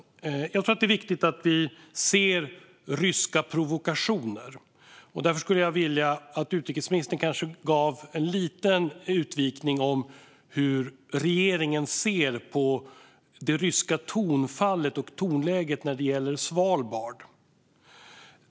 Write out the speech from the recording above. Jag tror att det är viktigt att vi ser ryska provokationer. Därför skulle jag vilja att utrikesministern ger en liten utvikning om hur regeringen ser på det ryska tonfallet och tonläget när det gäller Svalbard.